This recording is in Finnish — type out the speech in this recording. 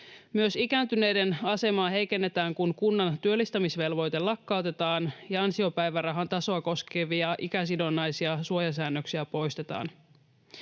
Myös ikääntyneiden asemaa heikennetään, kun kunnan työllistämisvelvoite lakkautetaan ja ansiopäivärahan tasoa koskevia ikäsidonnaisia suojasäännöksiä poistetaan.